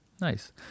Nice